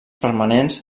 permanents